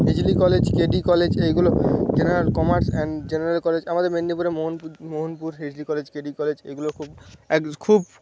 Hijli college KD college এইগুলো general commerce and general college আমাদের মেদনীপুরে Mohanpur Mohanpur Hijli college KD college এইগুলো খুব খুব